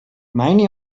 meine